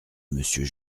monsieur